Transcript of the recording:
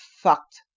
fucked